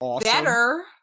better